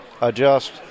adjust